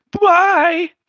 Bye